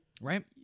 right